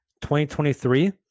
2023